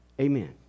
amen